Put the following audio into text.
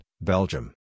Belgium